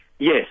Yes